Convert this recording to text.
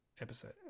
episode